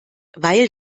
weil